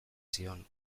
zion